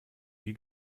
wie